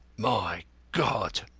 my god!